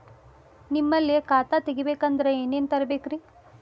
ನಿಮ್ಮಲ್ಲಿ ಖಾತಾ ತೆಗಿಬೇಕಂದ್ರ ಏನೇನ ತರಬೇಕ್ರಿ?